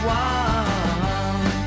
one